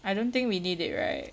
I don't think we need it right